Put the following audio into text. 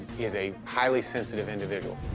is a highly sensitive individual.